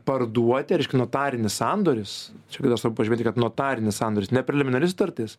parduoti reiškia notarinis sandoris čia kada sau pažiūrėt reik notarinis sandoris ne preliminari sutartis